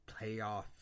playoff